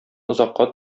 озакка